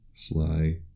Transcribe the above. Sly